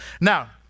Now